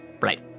Right